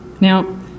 Now